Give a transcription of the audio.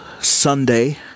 Sunday